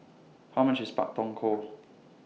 How much IS Pak Thong Ko